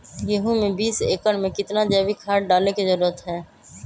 गेंहू में बीस एकर में कितना जैविक खाद डाले के जरूरत है?